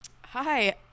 Hi